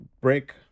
break